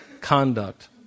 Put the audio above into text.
conduct